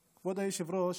חודשים.